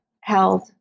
held